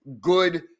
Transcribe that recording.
good